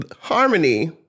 harmony